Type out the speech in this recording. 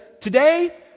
today